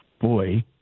Boy